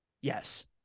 Yes